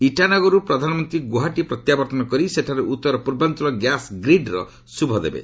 ଇଟାନଗରରୁ ପ୍ରଧାନମନ୍ତ୍ରୀ ଗୁଆହାଟି ପ୍ରତ୍ୟାବର୍ତ୍ତନ କରି ସେଠାରେ ଉତ୍ତର ପୂର୍ବାଞ୍ଚଳ ଗ୍ୟାସ୍ ଗ୍ରୀଡ୍ର ଶୁଭ ଦେବେ